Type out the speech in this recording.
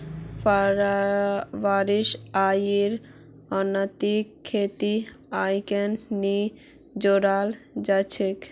वार्षिक आइर अन्तर्गत खेतीर आइक नी जोडाल जा छेक